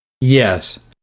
Yes